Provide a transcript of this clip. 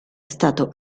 stato